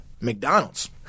McDonald's